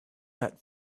that